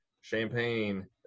champagne